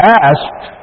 asked